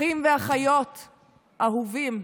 אחים ואחיות אהובים,